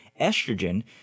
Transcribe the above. estrogen